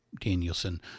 Danielson